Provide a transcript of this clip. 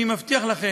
אני מבטיח לכם,